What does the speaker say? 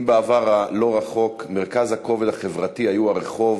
אם בעבר הלא-רחוק מרכז הכובד החברתי היה הרחוב,